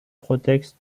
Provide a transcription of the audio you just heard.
protects